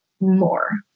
more